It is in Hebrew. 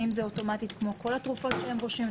האם זה אוטומטית כמו כל התרופות שהם רושמים,